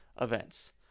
events